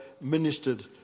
ministered